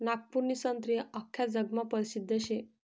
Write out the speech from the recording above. नागपूरनी संत्री आख्खा जगमा परसिद्ध शे